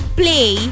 play